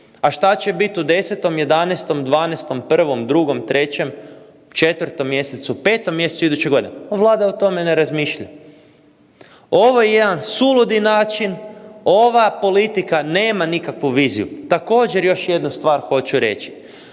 a što će biti u 10., 11., 12., 1., 2., 3. mj., 5. mj. iduće godine? A Vlada o tome ne razmišlja. Ovo je jedan suludi način, ova politika nema nikakvu viziju. Također, još jednu stvar hoću reći.